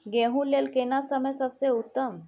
गेहूँ लेल केना समय सबसे उत्तम?